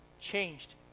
changed